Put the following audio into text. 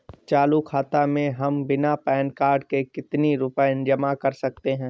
चालू खाता में हम बिना पैन कार्ड के कितनी रूपए जमा कर सकते हैं?